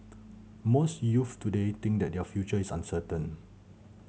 most youths today think that their future is uncertain